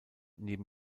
neben